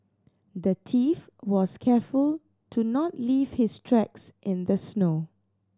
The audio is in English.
the thief was careful to not leave his tracks in the snow